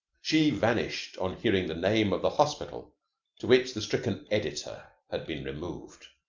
she vanished on hearing the name of the hospital to which the stricken editor had been removed,